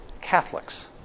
Catholics